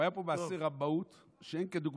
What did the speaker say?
היה פה מעשה רמאות של פקידים שאין כדוגמתו,